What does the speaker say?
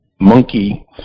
monkey